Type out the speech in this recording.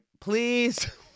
please